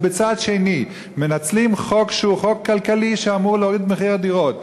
ובצד שני מנצלים חוק שהוא חוק כלכלי שאמור להוריד את מחיר הדירות,